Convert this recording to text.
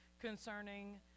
concerning